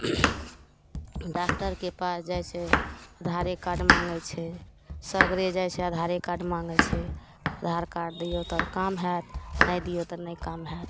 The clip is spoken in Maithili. डॉकटरके पास जाए छै आधारे कार्ड माँगै छै सगरे जाए छै आधारे कार्ड माँगै छै आधार कार्ड दिऔ तब काम हैत नहि दिऔ तऽ नहि काम हैत